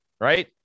right